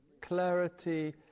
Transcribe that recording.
clarity